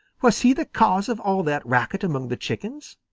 was he the cause of all that racket among the chickens?